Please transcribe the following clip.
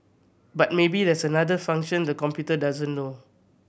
but maybe there's another function the computer doesn't know